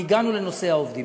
והגענו לנושא העובדים.